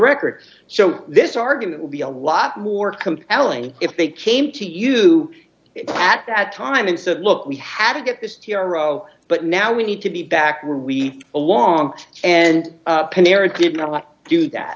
record so this argument would be a lot more compelling if they came to use to at that time and said look we had to get this tomorrow but now we need to be back where we belong and pinera did not do that